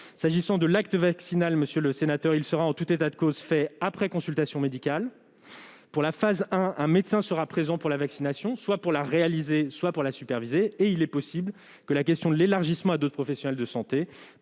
qui concerne l'acte vaccinal, celui-ci sera, en tout état de cause, réalisé après consultation médicale. Pour la phase 1, un médecin sera présent pour la vaccination, soit pour la réaliser, soit pour la superviser. Il est possible que la question de l'élargissement à d'autres professionnels de santé,